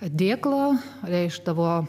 padėklo reikšdavo